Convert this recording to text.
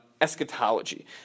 eschatology